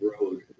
Road